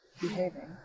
behaving